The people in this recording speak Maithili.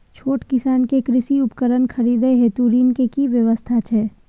छोट किसान के कृषि उपकरण खरीदय हेतु ऋण के की व्यवस्था छै?